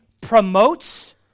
promotes